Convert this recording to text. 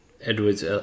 Edwards